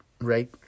right